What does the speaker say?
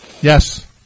Yes